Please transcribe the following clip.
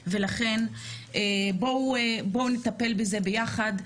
ולכן, בואו נטפל בזה ביחד.